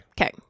Okay